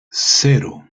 cero